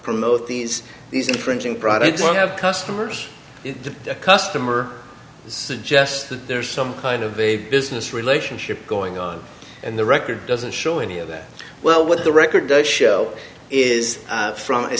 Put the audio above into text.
promote these these infringing products to have customers in the customer suggest that there's some kind of a business relationship going on and the record doesn't show any of that well with the record the show is from a